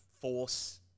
force